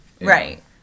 Right